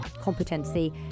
competency